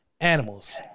animals